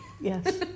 Yes